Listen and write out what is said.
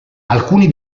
alcuni